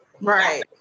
right